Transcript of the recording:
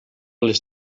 les